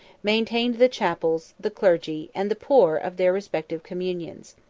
maintained the chapels, the clergy, and the poor of their respective communions.